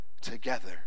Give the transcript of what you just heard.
together